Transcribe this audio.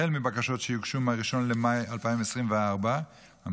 החל מבקשות שיוגשו מ-1 במאי 2024 המתייחסות